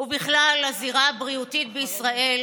ובכלל הזירה הבריאותית בישראל,